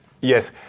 yes